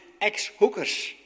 ex-hookers